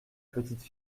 petite